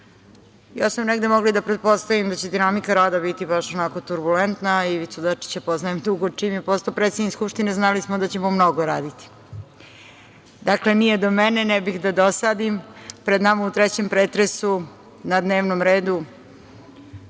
ja sam negde mogla i da pretpostavim da će dinamika rada biti baš onako turbulentna, jer Ivicu Dačića poznajem dugo. Čim je postao predsednik Skupštine, znali smo da ćemo mnogo raditi. Dakle, nije do mene, ne bih da dosadim. Pred nama u trećem pretresu na dnevnom redu